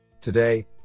Today